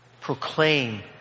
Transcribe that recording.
proclaim